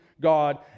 God